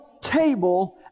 table